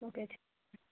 okay